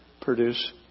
produce